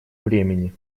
времени